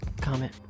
comment